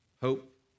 Hope